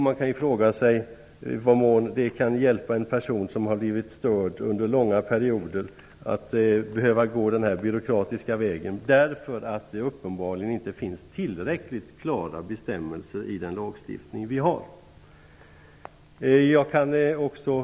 Man kan ju fråga sig i vad mån en person som har blivit störd under långa perioder därför att det uppenbarligen inte finns tillräckligt klara bestämmelser i den lagstiftning vi har kan bli hjälpt av att behöva gå den här byråkratiska vägen.